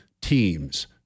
teams